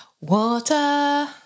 Water